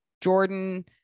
Jordan